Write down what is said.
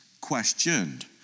questioned